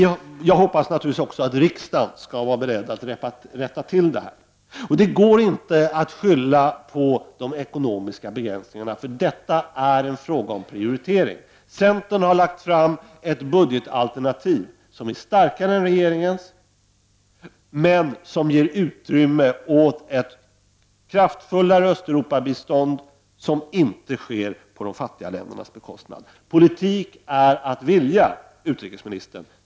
Jag hoppas naturligtvis också att riksdagen skall vara beredd att rätta till detta. Det går inte att skylla på de ekonomiska begränsningarna, eftersom detta är en fråga om prioritering. Centern har lagt fram ett budgetalternativ, som är starkare än regeringens men som ger utrymme för ett kraftfullare Östeuropabistånd, vilket inte sker på de fattiga ländernas bekostnad. Politik är att vilja, utrikesministern.